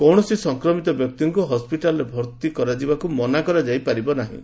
କୌଣସି ସଂକ୍ରମିତ ବ୍ୟକ୍ତିଙ୍କୁ ହସ୍କିଟାଲ୍ରେ ଭର୍ତ୍ତି କରାଯିବାକୁ ମନା କରାଯାଇ ପାରିବ ନାହିଁ